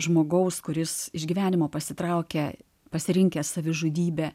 žmogaus kuris iš gyvenimo pasitraukia pasirinkęs savižudybę